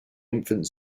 infant